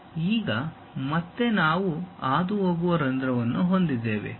ಈಗ ಮತ್ತೆ ನಾವು ಹಾದುಹೋಗುವ ರಂಧ್ರವನ್ನು ಹೊಂದಿದ್ದೇವೆ